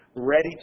Ready